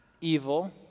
evil